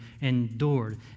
endured